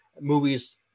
Movies